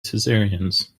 cesareans